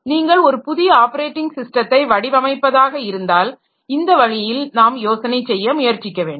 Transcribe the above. நீங்கள் ஒரு புதிய ஆப்பரேட்டிங் ஸிஸ்டத்தை வடிவமைப்பதாக இருந்தால் இந்த வழியில் நாம் யோசனை செய்ய முயற்சிக்க வேண்டும்